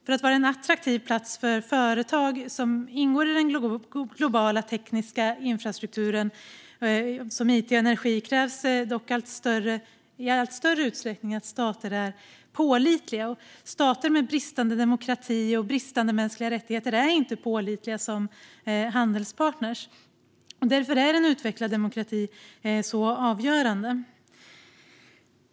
För att vara en attraktiv plats för företag som ingår i den globala tekniska infrastrukturen, som it och energi, krävs dock i allt större utsträckning att stater är pålitliga. Stater med bristande demokrati och bristande mänskliga rättigheter är inte pålitliga som handelspartner. Därför är en utvecklad demokrati avgörande.